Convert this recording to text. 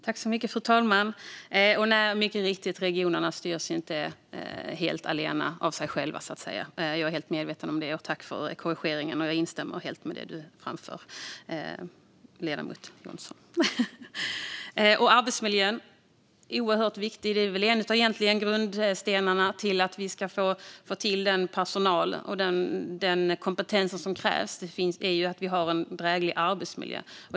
Fru talman! Regionerna styrs mycket riktigt inte allena av sig själva, så att säga. Jag är helt medveten om det. Tack för korrigeringen! Jag instämmer helt med ledamoten Jonsson. Arbetsmiljön är oerhört viktig. En av grundstenarna i att få den personal och den kompetens som krävs är ju att vi har en dräglig arbetsmiljö.